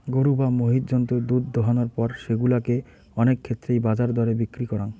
গরু বা মহিষ জন্তুর দুধ দোহানোর পর সেগুলা কে অনেক ক্ষেত্রেই বাজার দরে বিক্রি করাং